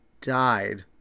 died